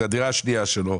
כי זו הדירה השנייה שלו.